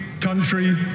country